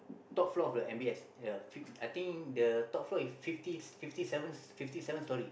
top floor of the M_B_S ya fif~ I think the top floor is fifty fifty seven stories